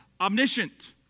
omniscient